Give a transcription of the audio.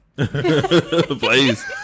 please